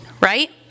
right